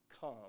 come